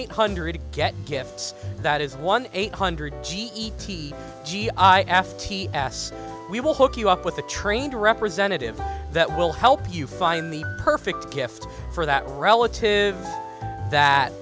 eight hundred get gifts that is one eight hundred g e t g i f t s we will hook you up with a trainer representative that will help you find the perfect gift for that relative that